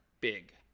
big